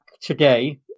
today